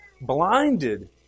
blinded